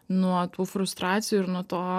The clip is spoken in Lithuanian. nuo tų frustracijų ir nuo to